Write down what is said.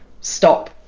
stop